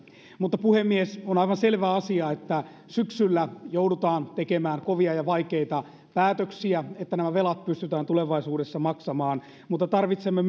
mutta puhemies on aivan selvä asia että syksyllä joudutaan tekemään kovia ja vaikeita päätöksiä että nämä velat pystytään tulevaisuudessa maksamaan mutta tarvitsemme